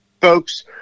folks